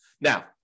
Now